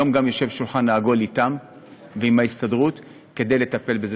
היום יושב השולחן העגול אתם ועם ההסתדרות כדי לטפל בזה.